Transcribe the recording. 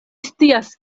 scias